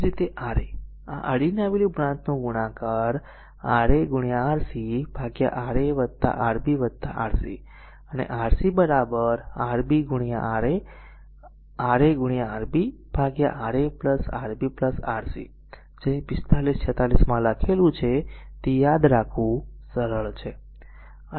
એ જ રીતે r a આ અડીને આવેલી બ્રાંચનું ગુણાકાર Ra Rc Ra Rb Rc અને Rc Rb Ra Ra Rb RaRb Rc જે અહીં 45 46 માં લખેલું છે તે યાદ રાખવું સરળ છે